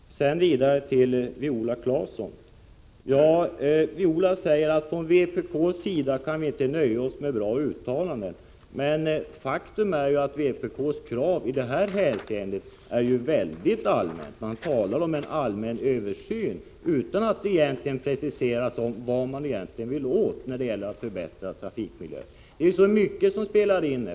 Vidare till Viola Claesson: Viola Claesson säger att man från vpk:s sida inte kan nöja sig med bra uttalanden, men faktum är att vpk:s krav i detta hänseende är väldigt allmänt. Man talar om en allmän översyn utan att egentligen precisera vad man vill åt när det gäller att förbättra trafikmiljön. Det är ju så mycket som spelar in.